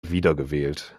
wiedergewählt